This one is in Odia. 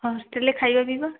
ହଷ୍ଟେଲ୍ରେ ଖାଇବା ପିଇବା